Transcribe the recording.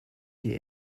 die